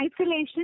isolation